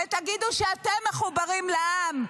ותגידו שאתם מחוברים לעם.